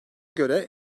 göre